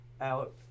out